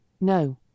no